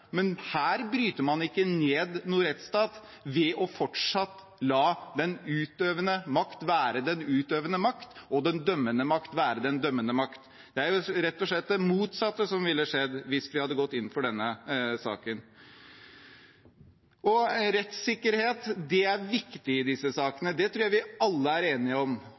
Men her bryter man ikke ned noen rettsstat ved fortsatt å la den utøvende makt være den utøvende makt og den dømmende makt være den dømmende makt. Det er rett og slett det motsatte som ville skjedd hvis vi hadde gått inn for denne saken. Rettssikkerhet er viktig i disse sakene. Det tror jeg vi alle er enige om.